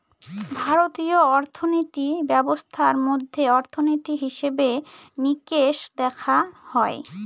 ভারতীয় অর্থিনীতি ব্যবস্থার মধ্যে অর্থনীতি, হিসেবে নিকেশ দেখা হয়